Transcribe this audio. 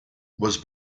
was